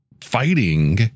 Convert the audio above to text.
fighting